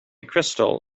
crystal